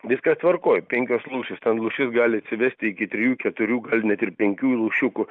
viskas tvarkoj penkios lūšys ten lūšis gali atsivesti iki trijų keturių gal net ir penkių lūšiukų